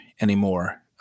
anymore